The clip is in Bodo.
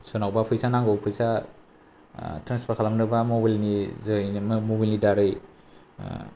सोरनावबा फैसा नांगौ फैसा ट्रेन्सफार खालामनोब्ला मबाइलनि जोरैनो मबाइलनि दारै